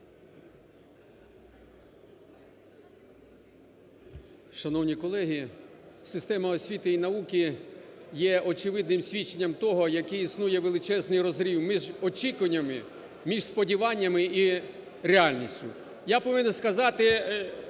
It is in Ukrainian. Шановні колеги! Система освіти й науки є очевидним свідченням того, який існує величезний розрив між очікуваннями, між сподіваннями і реальністю.